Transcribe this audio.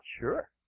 sure